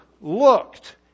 looked